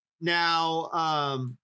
now